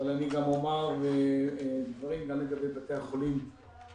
אבל אני אומר דברים גם לגבי בתי החולים האחרים